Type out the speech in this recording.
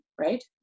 right